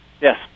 Yes